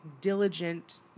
diligent